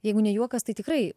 jeigu ne juokas tai tikrai